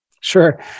Sure